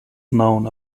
known